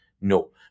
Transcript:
No